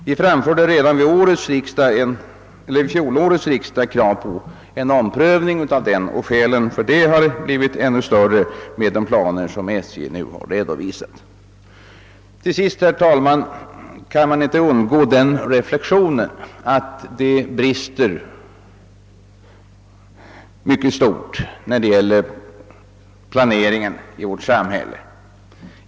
Det framkom redan vid fjolårets riksdag krav från centerhåll på en omprövning, och skälen härför har blivit ännu större med de planer som SJ nu har redovisat. Till sist, herr talman, kan man inte undgå den reflexionen att det brister mycket när det gäller planeringen i vårt samhälle.